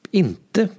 inte